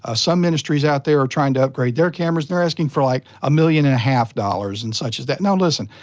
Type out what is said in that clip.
ah some ministries out there are trying to upgrade their cameras, and they're asking for like a million and a half dollars, and such as that. now listen,